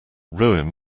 ruin